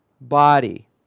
Body